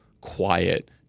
quiet